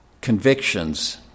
convictions